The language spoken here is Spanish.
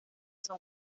son